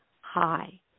high